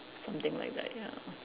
something like that ya